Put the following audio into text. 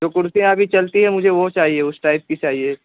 جو کرسیاں ابھی چلتی ہیں مجھے وہ چاہیے اس ٹائپ کی چاہیے